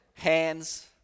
hands